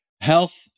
health